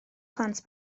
plant